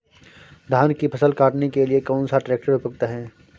धान की फसल काटने के लिए कौन सा ट्रैक्टर उपयुक्त है?